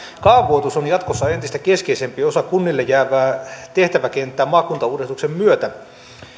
kaavoitus on jatkossa entistä keskeisempi osa kunnille jäävää tehtäväkenttää maakuntauudistuksen myötä